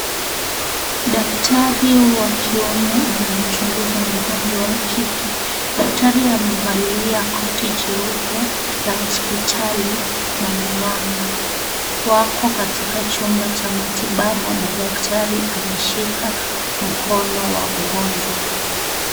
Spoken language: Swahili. Daktari wa kiume anamchunguza mgonjwa wa kike. Daktari amevalia koti jeupe la hospitali na miwani, wako katika chumba cha matibabu na daktari anashika mkono wa mgonjwa.